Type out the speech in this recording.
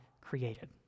created